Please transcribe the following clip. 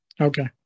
Okay